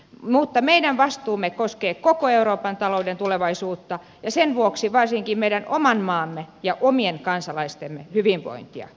mutta meidän vastuumme koskee koko euroopan talouden tulevaisuutta ja sen vuoksi varsinkin meidän oman maamme ja omien kansalaistemme hyvinvointia